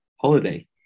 holiday